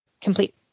complete